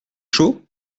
chaud